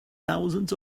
thousands